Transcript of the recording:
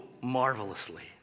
marvelously